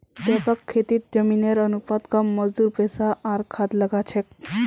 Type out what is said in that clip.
व्यापक खेतीत जमीनेर अनुपात कम मजदूर पैसा आर खाद लाग छेक